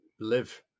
live